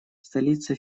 столица